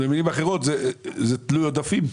במלים אחרות, בסוף זה תלוי עודפים.